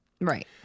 Right